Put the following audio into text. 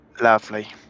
Lovely